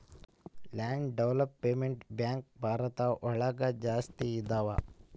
land development bank Bharat ಒಳಗ ಜಾಸ್ತಿ ಇದಾವ